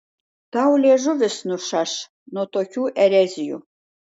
tau liežuvis nušaš nuo tokių erezijų